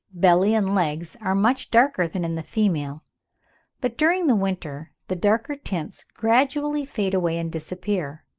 belly, and legs are much darker than in the female but during the winter the darker tints gradually fade away and disappear.